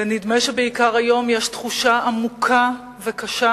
ונדמה שבעיקר היום יש תחושה עמוקה וקשה